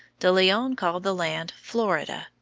de leon called the land florida.